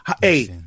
hey